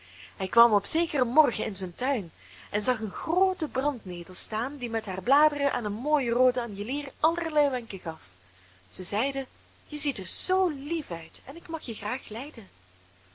hij kwam op zekeren morgen in zijn tuin en zag een groote brandnetel staan die met haar bladeren aan een mooien rooden anjelier allerlei wenken gaf zij zeide je ziet er zoo lief uit en ik mag je graag lijden